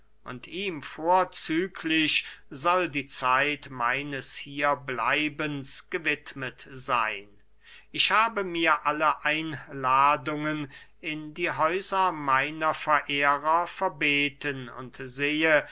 und ihm vorzüglich soll die zeit meines hierbleibens gewidmet seyn ich habe mir alle einladungen in die häuser meiner verehrer verbeten und sehe